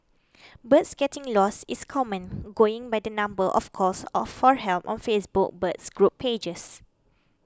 birds getting lost is common going by the number of calls or for help on Facebook birds group pages